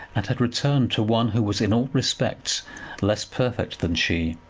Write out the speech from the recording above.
and had returned to one who was in all respects less perfect than she,